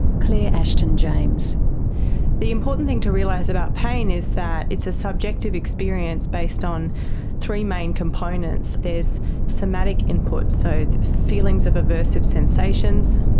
claire ashton-james the important thing to realise about pain is that it's a subjective experience based on three main components. there's somatic input, so feelings of aversive sensations.